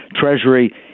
Treasury